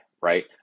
right